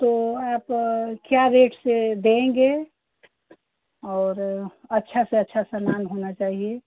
तो आप क्या रेट से देंगे और अच्छा सा अच्छा सा नाम होना चाहिए